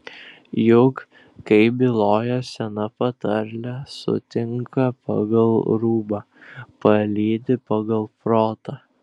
juk kaip byloja sena patarlė sutinka pagal rūbą palydi pagal protą